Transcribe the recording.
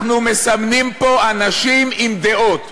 אנחנו מסמנים פה אנשים עם דעות.